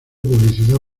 publicidad